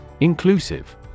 Inclusive